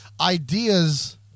ideas